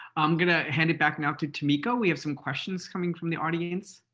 i'm going to hand it back now to tomiko. we have some questions coming from the audience.